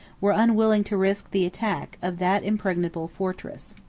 were unwilling to risk the attack, of that impregnable fortress.